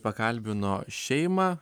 pakalbino šeimą